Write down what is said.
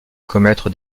commettre